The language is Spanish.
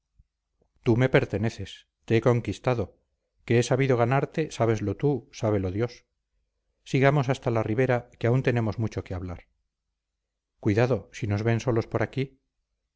tú me perteneces te he conquistado que he sabido ganarte sábeslo tú sábelo dios sigamos hasta la ribera que aún tenemos mucho que hablar cuidado si nos ven solos por aquí